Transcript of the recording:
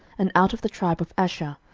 and out of the tribe of asher,